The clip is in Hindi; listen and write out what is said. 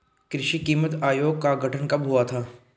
कृषि कीमत आयोग का गठन कब हुआ था?